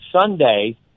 Sunday